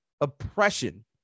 Oppression